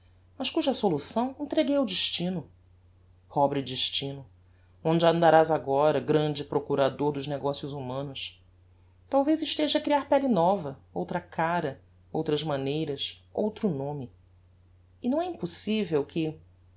mas cuja solução entreguei ao destino pobre destino onde andarás agora grande procurador dos negocios humanos talvez estejas a criar pelle nova outra cara outras maneiras outro nome e não é impossivel que